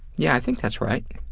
yeah i think that's right.